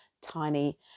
tiny